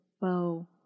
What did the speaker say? bow